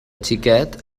xiquet